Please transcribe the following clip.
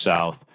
south